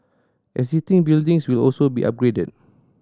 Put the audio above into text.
existing buildings will also be upgraded